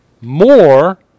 more